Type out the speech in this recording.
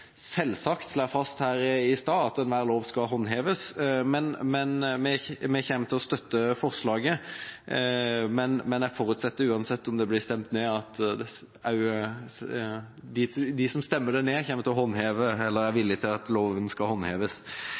selvsagt slo fast her i stad, at enhver lov skal håndheves. Vi kommer til å støtte forslaget, men jeg forutsetter uansett, om det blir stemt ned, at de som stemmer ned forslaget, vil at loven skal håndheves.